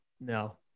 No